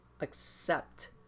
accept